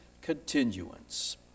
continuance